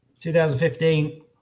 2015